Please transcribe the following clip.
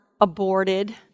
aborted